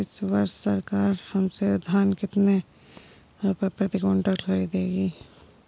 इस वर्ष सरकार हमसे धान कितने रुपए प्रति क्विंटल खरीदेगी?